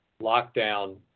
lockdown